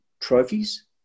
trophies